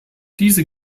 diese